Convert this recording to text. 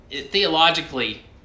Theologically